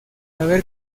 haber